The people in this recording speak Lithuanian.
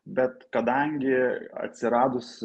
bet kadangi atsiradus